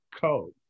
code